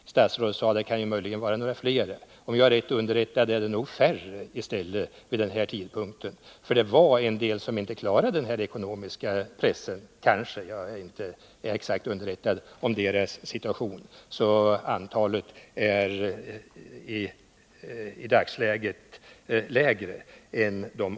Statsrådet sade nu att det möjligen kan gälla några fler, men om jag är rätt informerad är det nog i stället färre som är aktuella i samband med den här tidpunkten. Några klarade nämligen inte den ekonomiska press som uppstod — jag är visserligen inte helt och hållet underrättad om deras situation, men det kan ha varit så — så antalet anställda som det handlar om är i dagsläget lägre än 18.